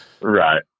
Right